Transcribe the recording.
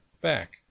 back